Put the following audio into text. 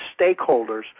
stakeholders